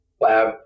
lab